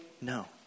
No